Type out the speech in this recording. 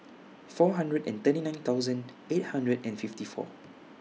four hundred and thirty nine thousand eight hundred and fifty four